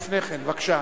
בבקשה,